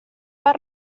per